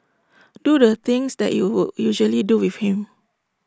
do the things that you would usually do with him